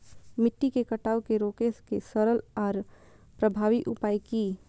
मिट्टी के कटाव के रोके के सरल आर प्रभावी उपाय की?